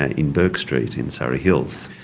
ah in bourke st in surry hills.